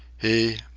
he,